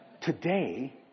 today